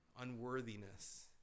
unworthiness